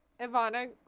Ivana